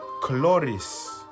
Chloris